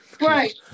right